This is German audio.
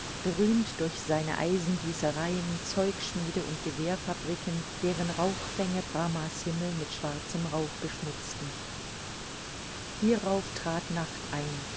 berühmt durch seine eisengießereien zeugschmiede und gewehrfabriken deren rauchfänge brahmas himmel mit schwarzem rauch beschmutzten hierauf trat nacht ein